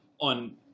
on